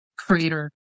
creator